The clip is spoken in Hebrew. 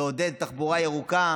לעודד תחבורה ירוקה,